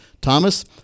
Thomas